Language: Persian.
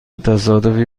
تصادفی